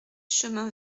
chemin